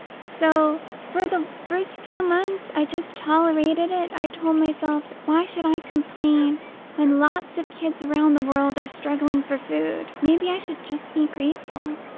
so for the first few months, i just tolerated it. i told myself, why should i complain when lots of kids around the world are struggling for food? maybe i should just be grateful.